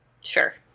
Sure